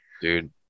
dude